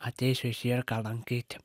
ateisiu į cirką lankyti